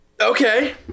Okay